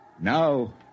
Now